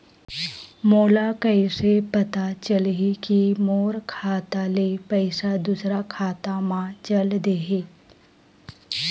मोला कइसे पता चलही कि मोर खाता ले पईसा दूसरा खाता मा चल देहे?